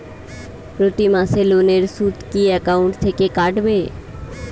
প্রতি মাসে লোনের সুদ কি একাউন্ট থেকে কাটবে?